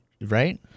right